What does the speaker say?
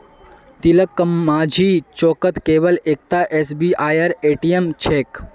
तिलकमाझी चौकत केवल एकता एसबीआईर ए.टी.एम छेक